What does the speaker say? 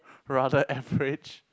rather average